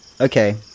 Okay